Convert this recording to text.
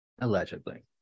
allegedly